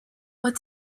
what